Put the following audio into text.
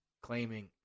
claiming